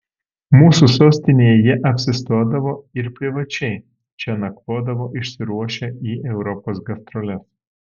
mūsų sostinėje jie apsistodavo ir privačiai čia nakvodavo išsiruošę į europos gastroles